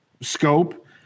scope